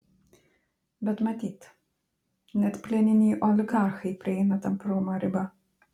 bet matyt net plieniniai oligarchai prieina tamprumo ribą